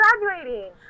graduating